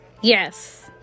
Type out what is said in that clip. Yes